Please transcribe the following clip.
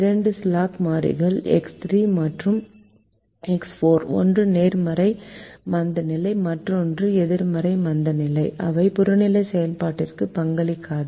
இரண்டு ஸ்லாக் மாறிகள் எக்ஸ் 3 மற்றும் எக்ஸ் 4 ஒன்று நேர்மறை மந்தநிலை மற்றொன்று எதிர்மறை மந்தநிலை அவை புறநிலை செயல்பாட்டிற்கு பங்களிக்காது